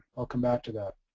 i'll come back to that.